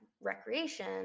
recreation